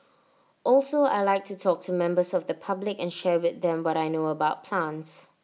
also I Like to talk to members of the public and share with them what I know about plants